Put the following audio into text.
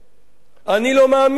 "אני לא מאמין בזה",